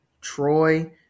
Troy